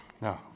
No